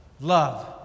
love